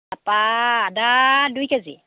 তাৰপৰা আদা দুই কেজি